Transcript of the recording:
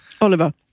Oliver